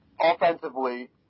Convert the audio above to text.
offensively